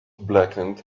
blackened